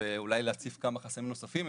ואולי להציף כמה חסמים נוספים,